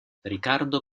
ricardo